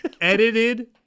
edited